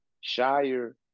Shire